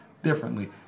differently